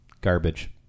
Garbage